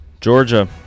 Georgia